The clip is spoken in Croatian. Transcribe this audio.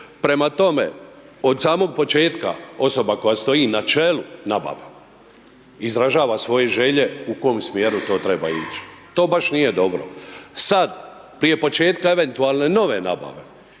Prema tome, od samog početka, osoba koja stoji na čelu nabave, izražava svoje želje u kojem smjeru to treba ići. To baš nije dobro. Sad, prije početka eventualne nove nabave,